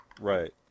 right